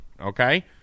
okay